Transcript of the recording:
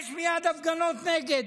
יש מייד הפגנות נגד.